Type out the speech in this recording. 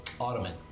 ottoman